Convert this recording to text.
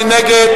מי נגד?